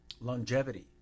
longevity